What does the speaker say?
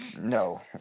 No